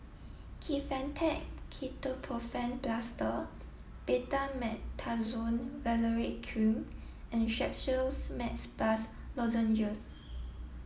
Kefentech Ketoprofen Plaster Betamethasone Valerate Cream and Strepsils Max Plus Lozenges